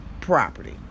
property